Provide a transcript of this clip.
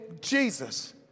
Jesus